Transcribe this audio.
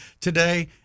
today